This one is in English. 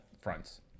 fronts